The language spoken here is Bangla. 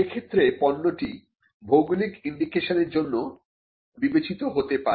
সে ক্ষেত্রে পণ্যটি ভৌগলিক ইন্ডিকেশন এর জন্য বিবেচিত হতে পারে